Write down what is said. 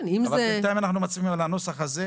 אבל בינתיים אנחנו מצביעים על הנוסח הזה,